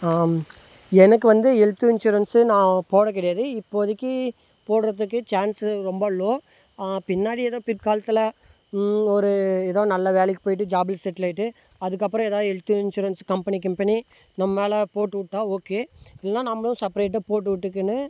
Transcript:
எனக்கு வந்து health insurance நான் போட கிடையாது இப்போதைக்கி போடுகிறதுக்கு சான்ஸ் ரொம்ப லோ பின்னாடி ஏதோ பிற்காலத்தில் ஒரு ஏதோ நல்ல வேலைக்கு போய்ட்டு ஜாப்பில் செட்டில் ஆகிட்டு அதுக்கப்பறம் எதாவது ஹெல்த் இன்சூரன்ஸ் கம்பெனி கிம்பெனி நம்ம மேல் போட்டுவிட்டா ஓகே இல்லைனா நம்மளும் செப்பரேட்டா போட்டுவிட்டுக்குனு